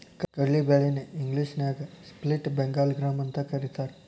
ಕಡ್ಲಿ ಬ್ಯಾಳಿ ನ ಇಂಗ್ಲೇಷನ್ಯಾಗ ಸ್ಪ್ಲಿಟ್ ಬೆಂಗಾಳ್ ಗ್ರಾಂ ಅಂತಕರೇತಾರ